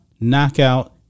knockout